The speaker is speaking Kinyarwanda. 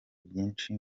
byinshi